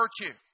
virtue